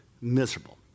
miserable